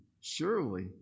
Surely